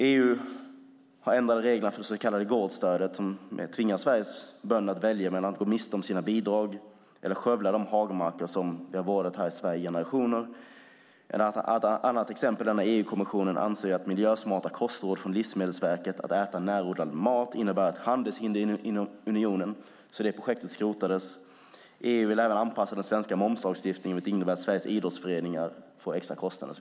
EU ändrade reglerna för det så kallade gårdsstödet som tvingar Sveriges bönder att välja mellan att gå miste om sina bidrag eller skövla de hagmarker som vi har vårdat här i Sverige i generationer. Ett annat exempel är att EU-kommissionen anser att miljösmarta kostråd från Livsmedelsverket om att äta närodlad mat innebär ett handelshinder inom unionen. Därför skrotades detta projekt. EU vill även anpassa den svenska momslagstiftningen, vilket innebär att Sveriges idrottsföreningar får extra kostnader.